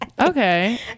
okay